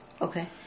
Okay